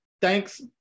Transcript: Thanks